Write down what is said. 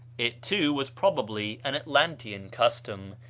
it, too, was probably an atlantean custom,